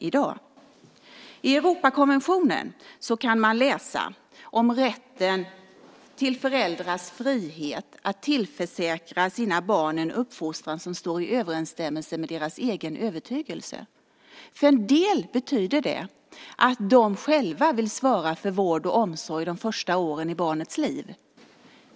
I Europakonventionen kan man läsa om rätten till föräldrars frihet att tillförsäkra sina barn en uppfostran som står i överensstämmelse med deras egen övertygelse. För en del betyder det att de själva vill svara för vård och omsorg under de första åren i barnets liv.